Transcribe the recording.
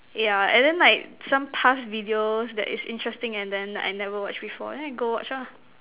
yeah and then like some past videos that is interesting and then I never watch before then I go watch lah